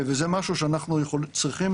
וזה משהו שאנחנו צריכים